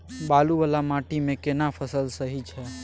बालू वाला माटी मे केना फसल सही छै?